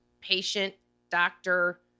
patient-doctor